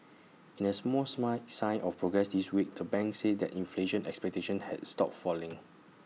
in A small smile sign of progress this week the bank said that inflation expectations had stopped falling